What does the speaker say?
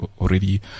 already